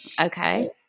Okay